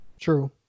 True